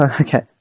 okay